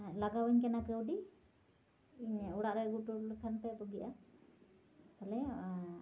ᱞᱟᱜᱟᱣᱟᱹᱧ ᱠᱟᱱᱟ ᱠᱟᱹᱣᱰᱤ ᱚᱲᱟᱜᱨᱮ ᱟᱹᱜᱩᱚᱴᱚ ᱞᱮᱠᱷᱟᱱᱯᱮ ᱵᱳᱜᱮᱼᱟ ᱛᱟᱦᱞᱮ